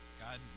God